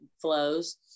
flows